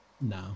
No